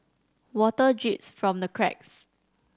water drips from the cracks